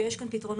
ויש כאן פתרונות.